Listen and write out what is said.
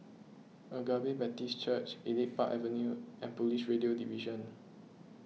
Agape Baptist Church Elite Park Avenue and Police Radio Division